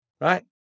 right